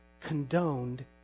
condoned